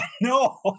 No